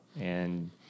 And-